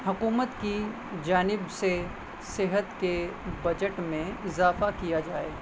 حکومت کی جانب سے صحت کے بجٹ میں اضافہ کیا جائے